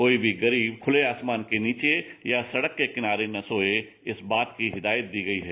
कोई भी गरीब खुले आसमान के नीचे या सड़क के किनारे न सोए इस बात की हिदायत दी गई है